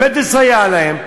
באמת לסייע להם,